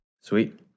Sweet